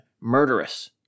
murderous